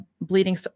bleeding